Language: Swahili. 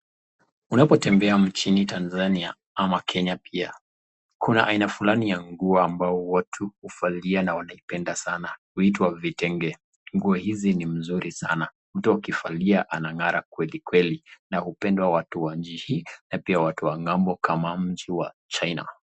Unapotembea mjini Tanzania ama Kenya pia, kuna aina fulani ya nguo ambayo watu huvalia na wanaipenda sana, huitwa vitenge. Nguo hizi ni mzuri sana, mtu akivalia anang'ara kwelikweli na hupendwa watu wanjihi na pia watu wa ng'ambo kama mji wa China